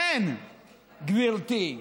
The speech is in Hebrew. גברתי,